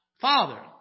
Father